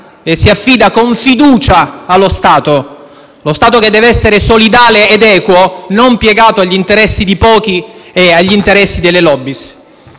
e si affida con fiducia allo Stato, lo Stato che deve essere solidale ed equo, non piegato agli interessi di pochi e agli interessi delle *lobby*.